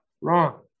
wrong